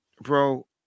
Bro